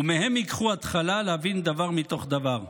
ומהם ייקחו התחלה להבין דבר מתוך דבר".